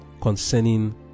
concerning